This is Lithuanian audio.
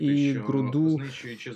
į grūdų